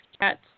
cats